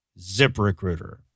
ZipRecruiter